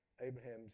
Abraham's